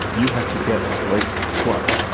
you have to get slate plus.